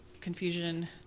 confusion